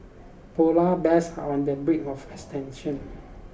polar bears are on the brink of extension